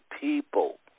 people